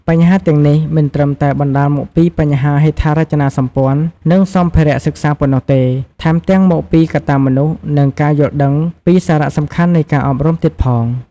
បញ្ហាទាំងនេះមិនត្រឹមតែបណ្ដាលមកពីបញ្ហាហេដ្ឋារចនាសម្ព័ន្ធ និងសម្ភារៈសិក្សាប៉ុណ្ណោះទេ ថែមទាំងមកពីកត្តាមនុស្ស និងការយល់ដឹងពីសារៈសំខាន់នៃការអប់រំទៀតផង។